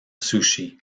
sushi